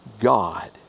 God